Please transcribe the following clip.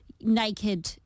naked